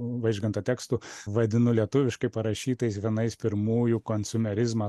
vaižganto tekstų vadinu lietuviškai parašytais vienais pirmųjų konsumerizmą